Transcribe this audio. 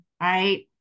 Right